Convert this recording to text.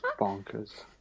Bonkers